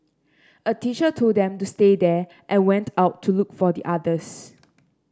a teacher told them to stay there and went out to look for the others